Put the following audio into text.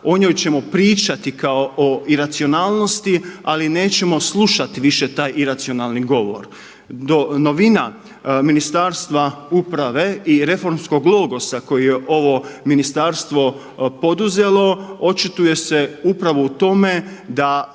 o njoj ćemo pričati kao o iracionalnost ali nećemo slušati više taj iracionalni govor. Novina Ministarstva uprave i reformskog logosa koji je ovo ministarstvo poduzelo, očituje se upravo u tome da